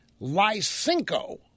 Lysenko